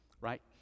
right